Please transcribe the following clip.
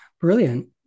Brilliant